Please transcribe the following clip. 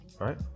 Right